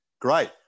Great